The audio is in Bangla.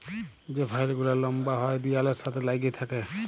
যে ভাইল গুলা লম্বা হ্যয় দিয়ালের সাথে ল্যাইগে থ্যাকে